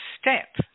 step